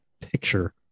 picture